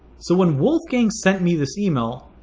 so when wolfgang sent me this email.